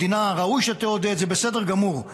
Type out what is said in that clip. המדינה, ראוי שתעודד, זה בסדר גמור.